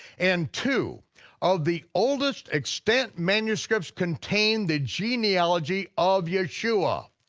and two of the oldest extant manuscripts contain the genealogy of yeshua.